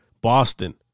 Boston